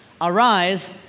arise